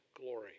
glory